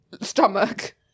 stomach